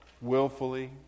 willfully